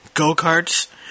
Go-karts